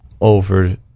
over